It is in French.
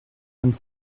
vingt